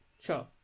Sure